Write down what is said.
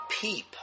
peep